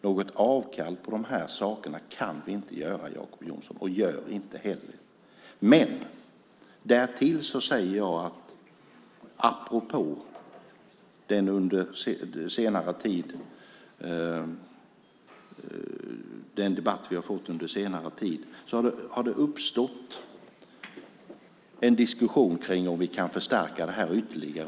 Något avkall på de sakerna kan vi inte göra, Jacob Johnson, och gör vi inte heller. Apropå den debatt som har varit under senare tid har det uppstått en diskussion om vi kan förstärka detta ytterligare.